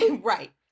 right